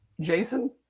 Jason